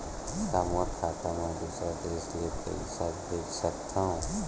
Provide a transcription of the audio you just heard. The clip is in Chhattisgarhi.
का मोर खाता म दूसरा देश ले पईसा भेज सकथव?